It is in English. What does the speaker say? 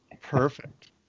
Perfect